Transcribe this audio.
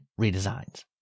redesigns